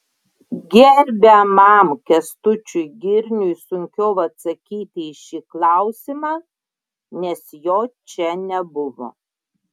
gerbiamam kęstučiui girniui sunkiau atsakyti į šį klausimą nes jo čia nebuvo